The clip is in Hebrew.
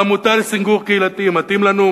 העמותה לסינגור קהילתי, מתאים לנו?